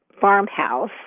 farmhouse